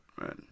right